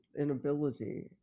inability